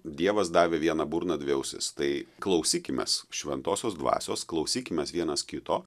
dievas davė vieną burną dvi ausis tai klausykimės šventosios dvasios klausykimės vienas kito